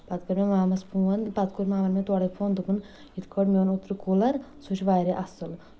پَتہٕ کوٚر مےٚ مامَس فون پَتہٕ کوٚر مامَن مےٚ تورَے فون دوٚپُن یَتھ کٲٹھۍ مےٚ اوٚن اوترٕ کوٗلر سُہ چھُ واریاہ اَصٕل